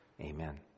Amen